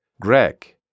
Greg